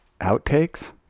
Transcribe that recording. outtakes